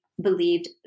believed